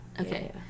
Okay